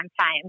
time